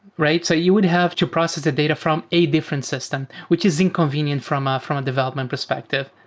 right? so you would have to process a data from a different system, which is inconvenient from ah from a development perspective.